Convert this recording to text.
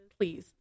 please